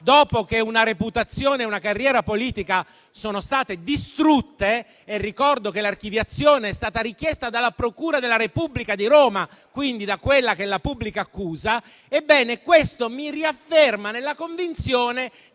dopo che una reputazione e una carriera politica sono state distrutte. Ricordo, peraltro, che l'archiviazione è stata richiesta dalla procura della Repubblica di Roma, quindi dalla pubblica accusa. Ebbene, questo rafforza la convinzione